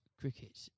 cricket